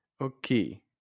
Okay